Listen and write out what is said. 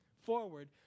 forward